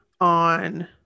on